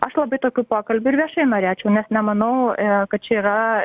aš labai tokių pokalbių ir viešai norėčiau nes nemanau kad čia yra